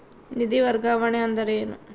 ನಿಧಿ ವರ್ಗಾವಣೆ ಅಂದರೆ ಏನು?